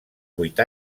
vuit